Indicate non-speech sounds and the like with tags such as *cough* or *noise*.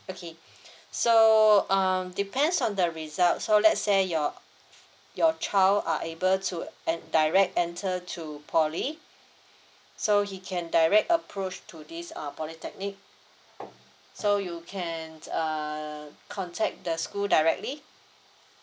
okay *breath* so um depends on the result so let's say your your child are able to en~ direct enter to poly so he can direct approach to this uh polytechnic so you can just uh contact the school directly